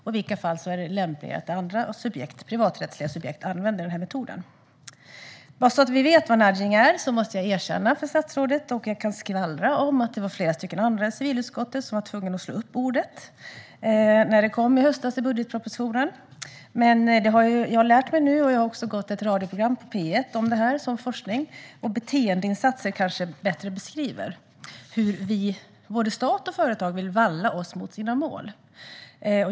I vilka fall är det lämpligare att andra subjekt - privaträttsliga subjekt - använder den här metoden? Vad är då nudging? Jag måste erkänna för statsrådet att jag var tvungen att slå upp ordet när det kom i höstas i budgetpropositionen, och jag kan skvallra om att det även gällde flera andra i civilutskottet. Men jag har nu lärt mig. Det har också gått ett radioprogram på P1 gällande forskning om detta. Ordet "beteendeinsatser" kanske beskriver det bättre. Det handlar om hur både stat och företag vill valla oss mot sina mål.